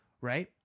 Right